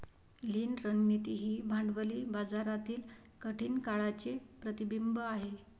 लीन रणनीती ही भांडवली बाजारातील कठीण काळाचे प्रतिबिंब आहे